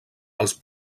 els